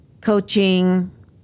coaching